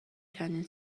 چندین